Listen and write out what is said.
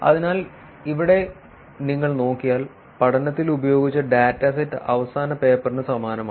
അതിനാൽ ഇവിടെ നിങ്ങൾ നോക്കിയാൽ പഠനത്തിൽ ഉപയോഗിച്ച ഡാറ്റാസെറ്റ് അവസാന പേപ്പറിന് സമാനമാണ്